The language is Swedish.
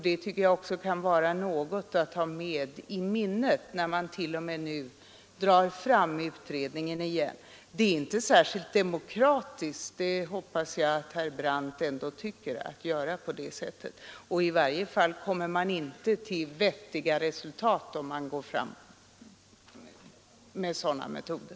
Det tycker jag kan vara något att ha med i minnet, när man nu till och med drar fram utredningen igen. Det är inte särskilt demokratiskt att göra på det sättet — det hoppas jag att herr Brandt tycker. I varje fall kommer man inte till några vettiga resultat, om man går fram med sådana metoder.